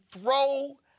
throw